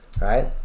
Right